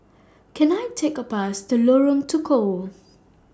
Can I Take A Bus to Lorong Tukol